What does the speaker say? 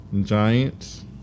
Giants